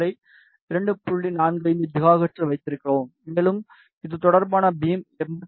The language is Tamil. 45 ஜிகாஹெர்ட்ஸில் வைத்திருக்கிறோம் மேலும் இது தொடர்பான பீம் 85